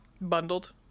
Bundled